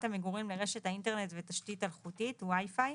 המגורים לרשת האינטרנט ותשתית אלחוטית (wifi).